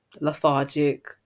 lethargic